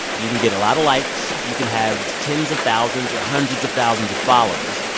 you can get a lot of likes, you can have tens of thousands or hundreds of thousands of followers.